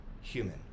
human